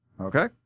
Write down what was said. Okay